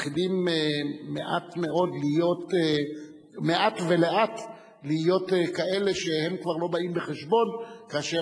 מתחילים מעט ולאט להיות כאלה שהם כבר לא באים בחשבון כאשר